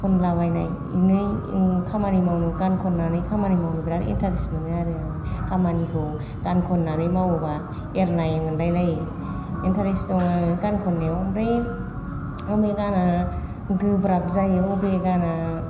खनलाबायनानै खामानि मावनायाव गान खननानै खामानि मावनो बिराद इनटारेस्ट मोनो आरो आङो खामानिखौ गान खननानै मावोबा एरनाय मोनलायलायो इनटारेस्ट दङ आङो गान खननायाव ओमफ्राय बबे गाना गोब्राब जायो बबे गाना